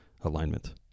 alignment